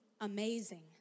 amazing